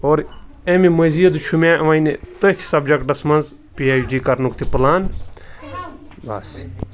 اور امہِ مٔزیٖد چھُ مےٚ وۄنۍ تٔتھۍ سَبجَکٹَس مںٛز پی اٮ۪چ ڈی کَرنُک تہِ پٕلان بَس